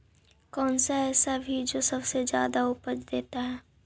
कौन सा ऐसा भी जो सबसे ज्यादा उपज देता है?